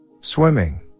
Swimming